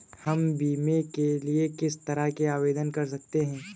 हम बीमे के लिए किस तरह आवेदन कर सकते हैं?